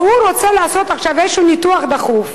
והוא רוצה לעשות איזה ניתוח דחוף,